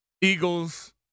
Eagles